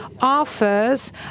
offers